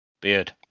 Beard